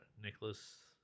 Nicholas